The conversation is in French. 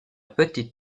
petite